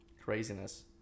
Craziness